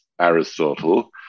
Aristotle